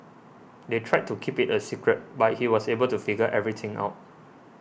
they tried to keep it a secret but he was able to figure everything out